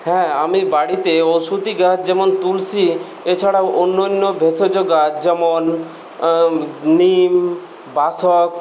হ্যাঁ আমি বাড়িতে ওষুধি গাছ যেমন তুলসী এছাড়াও অন্যান্য ভেষজ গাছ যেমন নিম বাসক